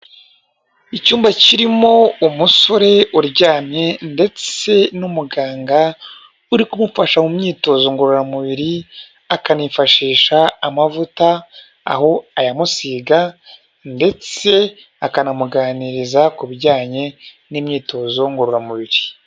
Icyumba kirimo umusore uryamye ndetse n'umuganga uri kumufasha mu myitozo ngororamubiri akanifashisha amavuta, aho ayamusiga ndetse akanamuganiriza ku bijyanye n'imyitozo ngororamubiri.